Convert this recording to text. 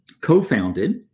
co-founded